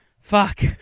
Fuck